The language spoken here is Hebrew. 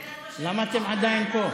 למה אתם עדיין פה?